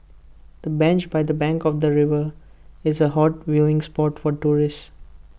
the bench by the bank of the river is A hot viewing spot for tourists